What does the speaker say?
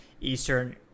Eastern